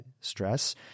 stress